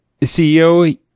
CEO